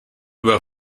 were